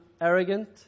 arrogant